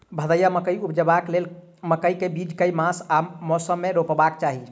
भदैया मकई उपजेबाक लेल मकई केँ बीज केँ मास आ मौसम मे रोपबाक चाहि?